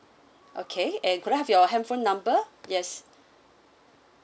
okay and could I your handphone number yes